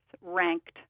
ranked